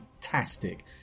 fantastic